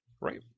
Right